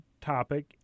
topic